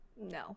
No